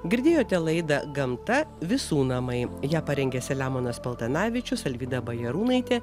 girdėjote laidą gamta visų namai ją parengė selemonas paltanavičius alvyda bajarūnaitė